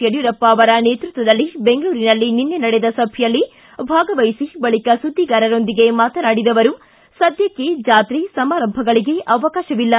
ಯಡಿಯೂರಪ್ಪ ಅವರ ನೇತೃತ್ವದಲ್ಲಿ ಬೆಂಗಳೂರಿನಲ್ಲಿ ನಡೆದ ಸಭೆಯಲ್ಲಿ ಭಾಗವಹಿಸಿ ಬಳಿಕ ಸುದ್ದಿಗಾರರೊಂದಿಗೆ ಮಾತನಾಡಿದ ಅವರು ಸದ್ಯಕ್ಷೆ ಜಾತ್ರೆ ಸಮಾರಂಭಗಳಿಗೆ ಅವಕಾಶವಿಲ್ಲ